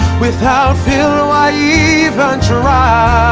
without phil, why even try?